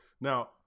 now